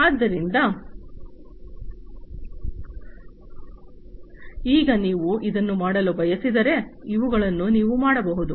ಆದ್ದರಿಂದ ಈಗ ನೀವು ಇದನ್ನು ಮಾಡಲು ಬಯಸಿದರೆ ಇವುಗಳನ್ನು ನೀವು ಮಾಡಬಹುದು